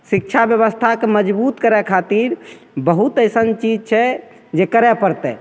शिक्षा बेबस्थाके मजबूत करै खातिर बहुत अइसन चीज छै जे करै पड़तै